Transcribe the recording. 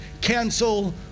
cancel